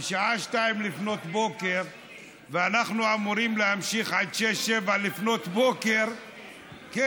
השעה 02:00 ואנחנו אמורים להמשיך עד 06:00 07:00. קרקס רציני.